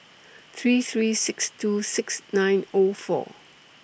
three three six two six nine O four